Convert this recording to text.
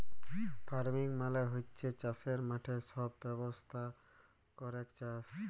farming মালে হচ্যে চাসের মাঠে সব ব্যবস্থা ক্যরেক চাস